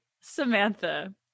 Samantha